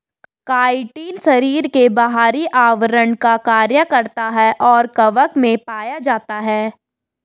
chitin शरीर के बाहरी आवरण का कार्य करता है और कवक में पाया जाता है